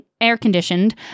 air-conditioned